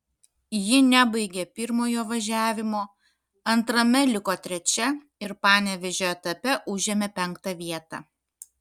ji nebaigė pirmojo važiavimo antrame liko trečia ir panevėžio etape užėmė penktą vietą